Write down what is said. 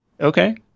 Okay